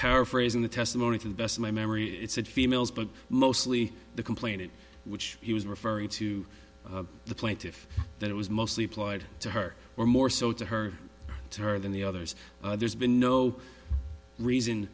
paraphrasing the testimony to the best of my memory it said females but mostly the complainant which he was referring to the plaintiff that it was mostly applied to her or more so to her to her than the others there's been no reason